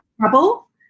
trouble